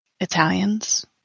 Italians